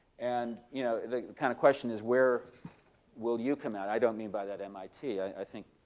and you know the kind of question is where will you come out? i don't mean by that mit. i think